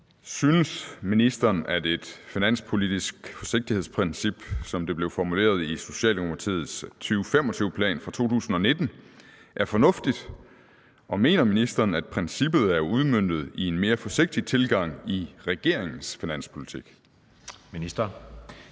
Synes ministeren, at et finanspolitisk forsigtighedsprincip, som det blev formuleret i Socialdemokratiets 2025-plan fra 2019, er fornuftigt, og mener ministeren, at princippet er udmøntet i en mere forsigtig tilgang i regeringens finanspolitik? Anden